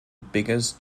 biggest